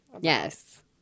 Yes